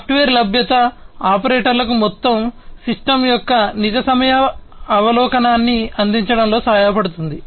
software లభ్యత ఆపరేటర్లకు మొత్తం సిస్టమ్ యొక్క నిజ సమయ అవలోకనాన్ని అందించడంలో సహాయపడుతుంది